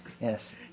Yes